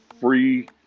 free